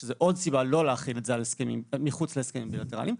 שזה עוד סיבה לא להחיל את זה מחוץ להסכמים בילטרליים,